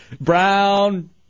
brown